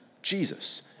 Jesus